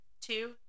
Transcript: Two